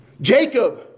Jacob